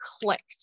clicked